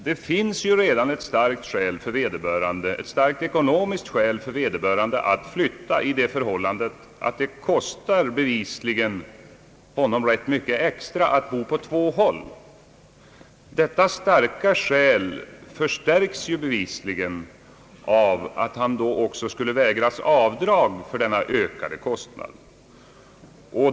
Det finns redan ett starkt ekonomiskt skäl för vederbörande att flytta, eftersom det kostar honom rätt mycket extra att bo på två håll. Detta skäl förstärks bevisligen om han också skulle vägras avdrag för denna ökade kostnad.